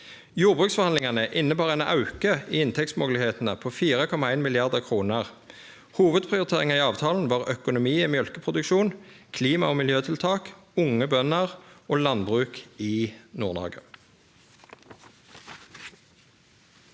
Jordbruksforhandlingane innebar ein auke i inntektsmoglegheitene på 4,1 mrd. kr. Hovudprioriteringar i avtalen var økonomi i mjølkeproduksjon, klima- og miljøtiltak, unge bønder og landbruk i Nord-Noreg.